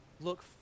look